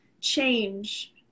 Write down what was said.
change